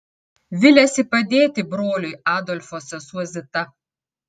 viliasi padėti broliui adolfo sesuo zita